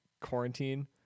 quarantine